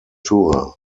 tour